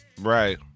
right